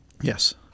Yes